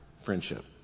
friendship